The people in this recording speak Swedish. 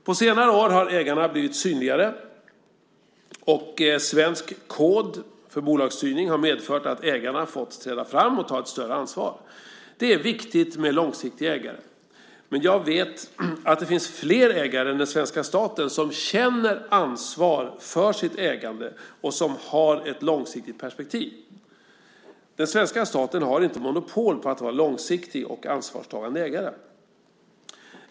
På senare år har ägarna blivit synligare, och Svensk kod för bolagsstyrning har medfört att ägarna fått träda fram och ta ett större ansvar. Det är viktigt med långsiktiga ägare, men jag vet att det finns fler ägare än den svenska staten som känner ansvar för sitt ägande och som har ett långsiktigt perspektiv. Den svenska staten har inte monopol på att vara långsiktig och ansvarstagande ägare.